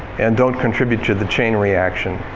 and don't contribute to the chain reaction.